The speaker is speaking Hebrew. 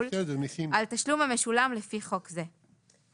על תשלום המשולם לפי חוק זה".